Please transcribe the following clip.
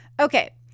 Okay